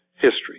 history